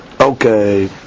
Okay